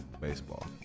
baseball